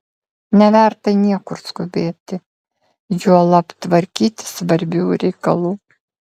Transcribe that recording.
neverta niekur skubėti juolab tvarkyti svarbių reikalų